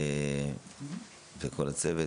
ולכל הצוות,